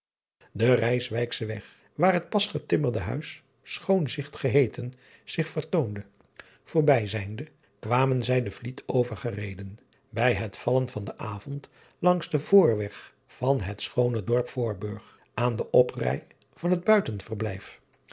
en ijswijkschen weg waar het pas getimmerd uis choonzigt geheeten zich vertoonde voorbij zijnde kwamen zij de liet overgereden bij het vallen van den avond langs den voorweg van het schoone dorp oorburg aan den oprij van het